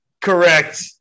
Correct